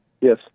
Yes